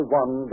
one